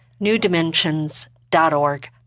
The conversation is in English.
newdimensions.org